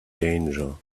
danger